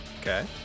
Okay